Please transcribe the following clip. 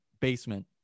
basement